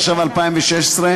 התשע"ו 2016,